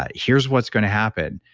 ah here's what's going to happen.